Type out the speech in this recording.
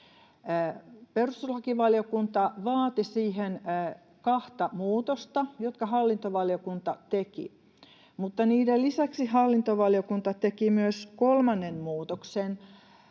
Perustuslakivaliokunta vaati siihen kahta muutosta, jotka hallintovaliokunta teki, mutta niiden lisäksi hallintovaliokunta teki myös kolmannen muutoksen,